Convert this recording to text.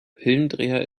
pillendreher